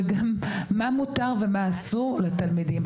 וגם מה מותר ומה אסור לתלמידים.